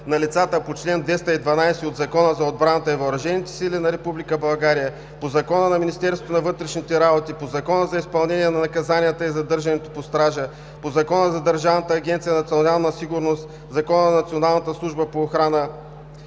на лицата по чл. 212 от Закона за отбраната и въоръжените сили на Република България, по Закона за Министерството на вътрешните работи, по Закона за изпълнение на наказанията и задържането под стража, по Закона за Държавната агенция „Национална сигурност“, по Закона за Националната служба за охрана